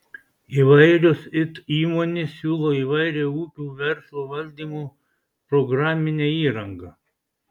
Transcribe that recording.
įvairios it įmonės siūlo įvairią ūkių verslo valdymo programinę įrangą